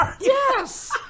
Yes